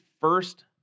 first